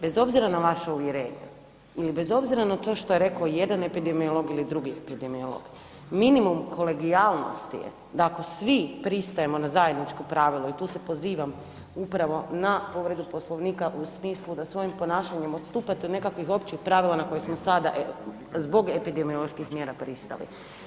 Bez obzira na vaše uvjerenje ili bez obzira na to što je rekao jedan epidemiolog ili drugi epidemiolog, minimum kolegijalnosti da ako svi pristajemo na zajedničko pravilo i tu se pozivam upravo na povredu Poslovnika u smislu da svojim ponašanjem odstupate od nekakvih općih pravila na koje smo sada zbog epidemioloških mjera pristali.